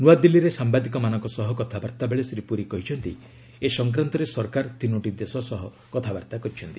ନୂଆଦିଲ୍ଲୀରେ ସାମ୍ଭାଦିକମାନଙ୍କ ସହ କଥାବାର୍ତ୍ତା ବେଳେ ଶ୍ରୀ ପୁରୀ କହିଛନ୍ତି ଏ ସଂକ୍ରାନ୍ତରେ ସରକାର ତିନୋଟି ଦେଶ ସହ କଥାବାର୍ତ୍ତା କରିଛନ୍ତି